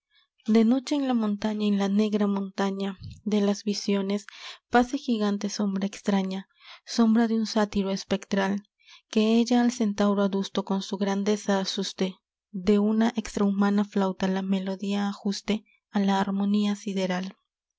de noche en la montaña en la negra montaña de las visiones pase gigante sombra extraña sombra de un sátiro espectral que ella al centauro adusto con su grandeza asuste de una extra humana flauta la melodía ajuste a la harmonía sideral